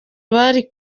bari